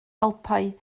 alpau